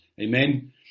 Amen